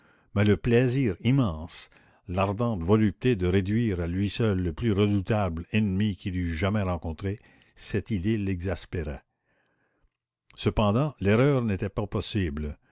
mais le plaisir immense l'ardente volupté de réduire à lui seul le plus redoutable ennemi qu'il eût jamais rencontré cette idée l'exaspérait cependant l'erreur n'était pas possible